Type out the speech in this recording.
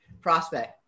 prospect